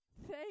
Thank